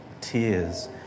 tears